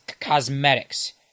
cosmetics